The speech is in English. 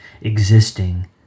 existing